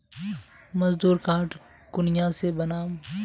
मजदूर कार्ड कुनियाँ से बनाम?